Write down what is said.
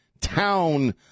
town